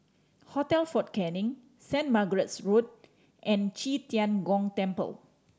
Hotel Fort Canning Saint Margaret's Road and Qi Tian Gong Temple